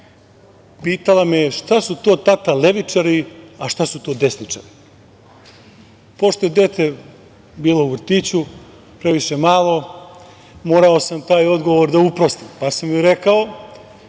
pitala me je, šta su to tata levičari, a šta su to desničari? Pošto je dete bilo u vrtiću, previše malo, morao sam taj odgovor da uprostim, pa sam joj rekao,